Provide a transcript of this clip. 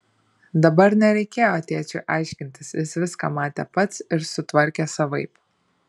dabar nereikėjo tėčiui aiškintis jis viską matė pats ir sutvarkė savaip